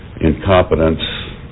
incompetence